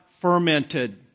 fermented